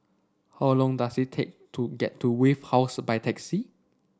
how long does it take to get to Wave House by taxi